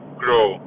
grow